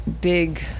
big